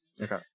okay